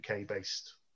UK-based